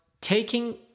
taking